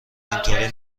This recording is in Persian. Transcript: اینطوری